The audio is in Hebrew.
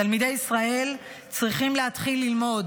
תלמידי ישראל צריכים להתחיל ללמוד